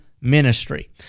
ministry